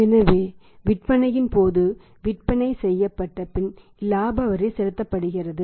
எனவே விற்பனையின் போது விற்பனை செய்யப்பட்டபின் இலாபவரி செலுத்தப்படுகிறது